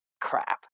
crap